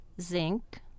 zinc